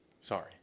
Sorry